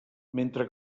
mentre